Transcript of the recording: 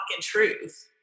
truth